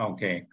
Okay